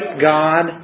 God